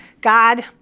God